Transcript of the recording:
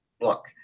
look